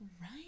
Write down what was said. Right